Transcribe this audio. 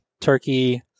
turkey